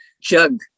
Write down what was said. jug